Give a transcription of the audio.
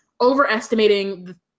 overestimating